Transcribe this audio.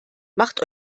macht